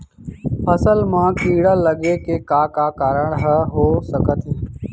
फसल म कीड़ा लगे के का का कारण ह हो सकथे?